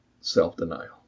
self-denial